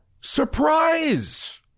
surprise